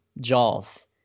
Jaws